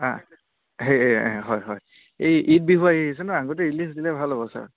অঁ সেই হয় হয় এই ঈদ বিহু আহি আছে নহয় আগতে ৰিলিজ দিলে ভাল হ'ব চাৰ